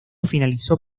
finalizó